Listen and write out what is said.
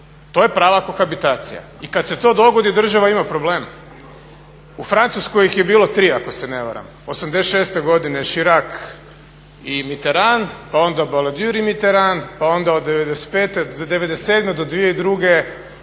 To je prava kohabitacija i kad se to dogodi država ima problem. U Francuskoj ih je bilo 3 ako se ne varam, '86. godine Chirak i Mitteran pa onda … Mitteran pa onda od '97. do 2002. … i